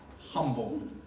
Humble